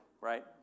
right